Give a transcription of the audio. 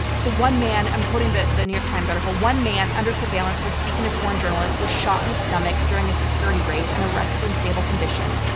so one man i'm quoting the the new york times article one man under surveillance for speaking a foreign journalist was shot in the stomach during a security raid and arrested in stable condition.